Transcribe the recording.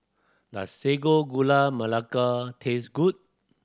does Sago Gula Melaka taste good